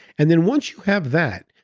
and then once you have that,